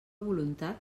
voluntat